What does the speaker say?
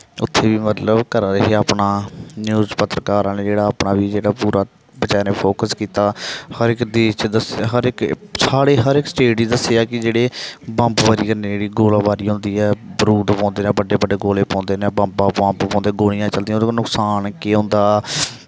इत्थें बी मतलब करा दे हे अपना न्यूज पत्रकार आह्ले जेह्ड़ा अपना बी जेह्ड़ा पूरा बचारे फोक्स कीता हर इक चीज दी दस्सी हर इक साढ़े हर इक स्टेट गी दस्सेआ कि जेह्ड़े बम्बबारी कन्नै जेह्ड़ी गोलाबारी होंदी ऐ बरूद पौंदे न बड्डे बड्डे गोले पौंदे न बम्ब पौंदे गोलियां चलदियां ओह्दा नकसान केह् होंदा